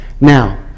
Now